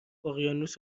اقیانوس